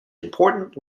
important